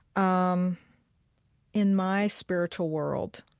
um in my spiritual world,